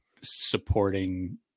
supporting